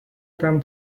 tam